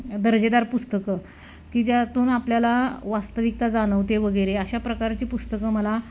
दर्जेदार पुस्तकं की ज्यातून आपल्याला वास्तविकता जाणवते वगैरे अशा प्रकारची पुस्तकं मला